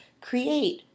create